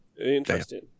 Interesting